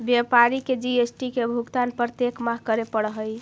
व्यापारी के जी.एस.टी के भुगतान प्रत्येक माह करे पड़ऽ हई